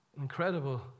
Incredible